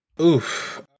Oof